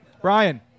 Brian